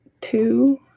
two